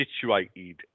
situated